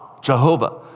Jehovah